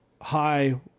high